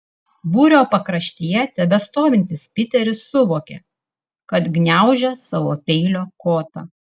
būrio pakraštyje tebestovintis piteris suvokė kad gniaužia savo peilio kotą